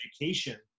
education